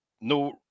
no